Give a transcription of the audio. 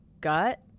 gut